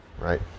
right